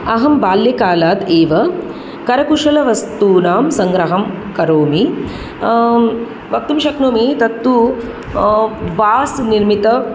अहं बाल्यकालात् एव करकुशलवस्तूनां सङ्ग्रहं करोमि वक्तुं शक्नोमि तत्तु बास् निर्मित